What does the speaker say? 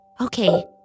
Okay